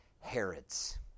Herods